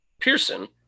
Pearson